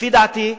לפי דעתי,